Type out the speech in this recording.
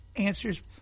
answers